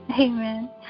amen